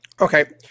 okay